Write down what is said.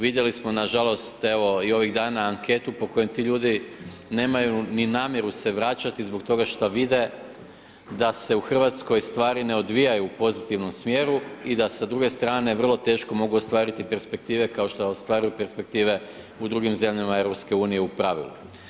Vidjeli smo nažalost, evo i ovih dana anketu po kojoj ti ljudi nemaju ni namjeru se vraćati zbog toga što vide da se u RH stvari ne odvijaju u pozitivnom smjeru i da sa druge strane vrlo teško mogu ostvariti perspektive kao što ostvaruju perspektive u drugim zemljama EU u pravilu.